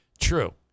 True